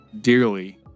dearly